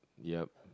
yup